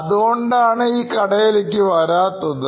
അതുകൊണ്ടാണ് ഈ കടയിലേക്ക് വരാത്തത്